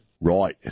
Right